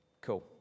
Cool